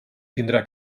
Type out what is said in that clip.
tindrà